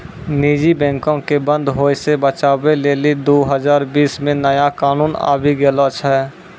निजी बैंको के बंद होय से बचाबै लेली दु हजार बीस मे नया कानून आबि गेलो छै